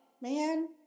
man